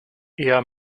eher